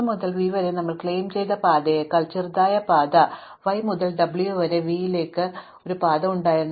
ഇപ്പോൾ ഒരു x മുതൽ v വരെ ഞങ്ങൾ ക്ലെയിം ചെയ്ത പാതയേക്കാൾ ചെറുതായ y മുതൽ w വരെ v ലേക്ക് ഒരു പാത ഉണ്ടായിരുന്നോ